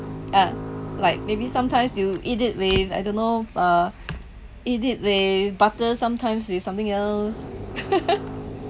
mm like maybe sometimes you eat it with I don't know uh eat it with butter sometimes with something else